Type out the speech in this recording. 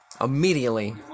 Immediately